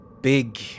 big